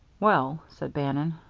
well, said bannon,